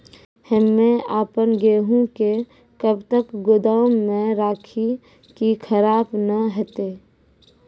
हम्मे आपन गेहूँ के कब तक गोदाम मे राखी कि खराब न हते?